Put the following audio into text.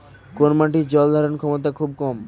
কোন মাটির জল ধারণ ক্ষমতা খুব কম?